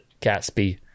Gatsby